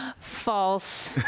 False